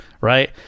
right